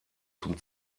zum